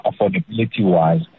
affordability-wise